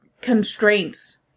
constraints